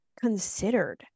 considered